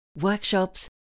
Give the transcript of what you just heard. workshops